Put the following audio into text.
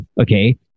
Okay